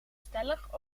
stellig